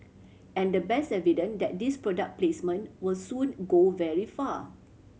and the best evident that this product placement were soon go very far